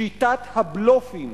שיטת הבלופים